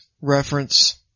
reference